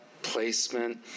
Placement